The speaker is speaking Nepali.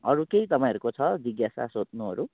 अरू केही तपाईँहरूको छ जिज्ञासा सोध्नुहरू